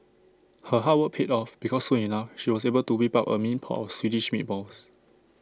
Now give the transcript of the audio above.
her hard work paid off because soon enough she was able to whip up A mean pot of Swedish meatballs